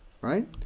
Right